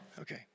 Okay